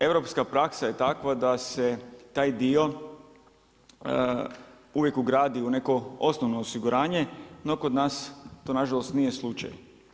Europska praksa je takva da se taj dio uvijek ogradi u neko osnovno osiguranje no kod nas to nažalost nije slučaj.